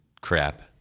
crap